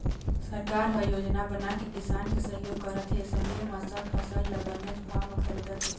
सरकार ह योजना बनाके किसान के सहयोग करत हे संगे म सब फसल ल बनेच भाव म खरीदत हे